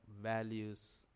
values